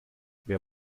wer